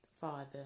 father